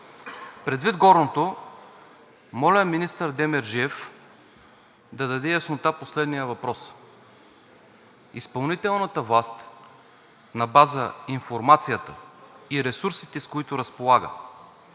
Предвид горното, моля министър Демерджиев да даде яснота по следния въпрос: изпълнителната власт на база информацията и ресурсите, с които разполага,